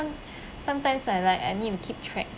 sometimes I like I need to keep track